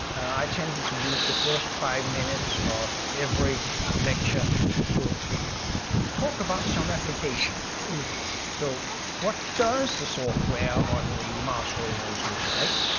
i tended to use the first five minutes of every lecture to talk about some application so what does the software on the mars rovers look like?